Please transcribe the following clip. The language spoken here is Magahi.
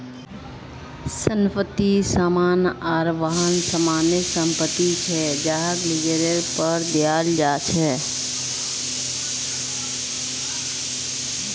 संपत्ति, भवन आर वाहन सामान्य संपत्ति छे जहाक लीजेर पर दियाल जा छे